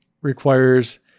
requires